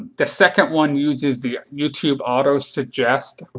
the second one uses the youtube autosuggest.